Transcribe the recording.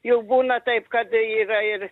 jau būna taip kad yra ir